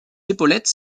épaulettes